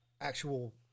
actual